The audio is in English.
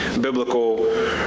biblical